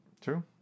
True